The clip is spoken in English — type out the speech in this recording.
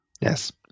Yes